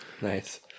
Nice